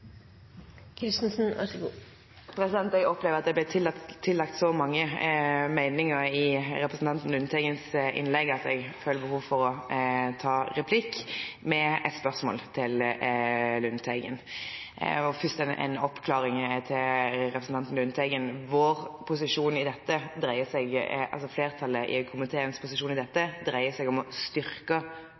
ble tillagt så mange meninger at jeg føler behov for å ta replikk, med et spørsmål til Lundteigen – men først en oppklaring overfor representanten Lundteigen. Flertallet i komiteens posisjon i dette dreier seg om å styrke folkestyret. Det dreier seg om å styrke